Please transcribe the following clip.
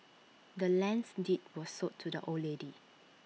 the land's deed was sold to the old lady